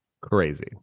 Crazy